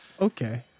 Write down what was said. Okay